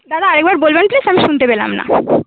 দাদা আর একবার বলবেন প্লিজ আমি শুনতে পেলাম না